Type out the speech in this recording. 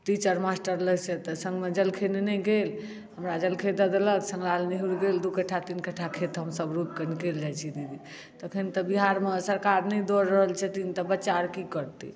teacher master लगसँ तऽ सङ्गमे जलखै लेने गेल हमरा जलखै दऽ देलक सङ्ग लागल निहुरि गेल दू कट्ठा तीन कट्ठा खेत हमसभ रोपि कऽ निकलि जाइत छी दीदी तखन तऽ बिहारमे सरकार नहि दऽ रहल छथिन तऽ बच्चा आओर की करतै